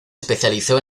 especializó